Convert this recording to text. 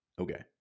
Okay